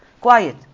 quiet